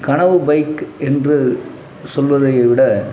கனவு பைக் என்று சொல்வதைவிட